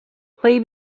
play